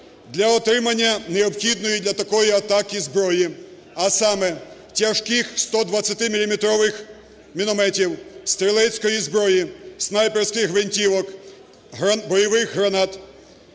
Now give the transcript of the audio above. Для отримання необхідної для такої атаки зброї, а саме тяжких 120-міліметрових мінометів, стрілецької зброї, снайперських гвинтівок, бойових гранат,